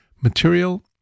material